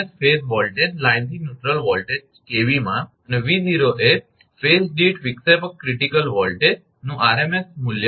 s phase voltage લાઇનથી neutral voltage 𝑘𝑉 માં અને 𝑉0 એ એ ફેઝ દીઠ વિક્ષેપક ક્રિટીકલ વોલ્ટેજનું આરએમએસ મૂલ્યr